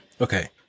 Okay